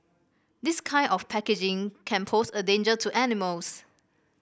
this kind of packaging can pose a danger to animals